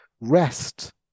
rest